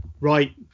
Right